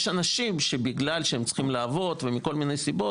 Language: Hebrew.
יש אנשים שבגלל שהם צריכים לעבוד ומכל מיני סיבות,